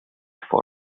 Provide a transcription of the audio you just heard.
for